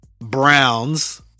Browns